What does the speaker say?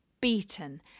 beaten